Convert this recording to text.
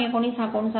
19 हा कोन 7